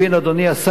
אדוני השר,